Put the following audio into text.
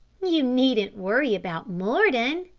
you needn't worry about mordon,